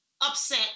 upset